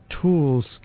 tools